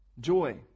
Joy